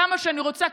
כמה שאני רוצה,